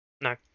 No